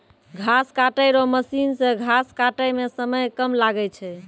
घास काटै रो मशीन से घास काटै मे समय कम लागै छै